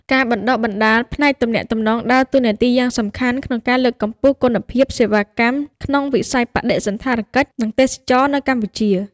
ការបណ្តុះបណ្តាលផ្នែកទំនាក់ទំនងដើរតួនាទីយ៉ាងសំខាន់ក្នុងការលើកកម្ពស់គុណភាពសេវាកម្មក្នុងវិស័យបដិសណ្ឋារកិច្ច និងទេសចរណ៍នៅកម្ពុជា។